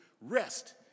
rest